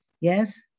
Yes